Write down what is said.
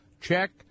check